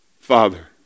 father